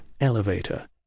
elevator